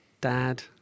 dad